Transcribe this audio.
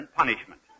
punishment